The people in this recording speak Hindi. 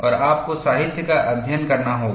और आपको साहित्य का अध्ययन करना होगा